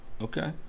Okay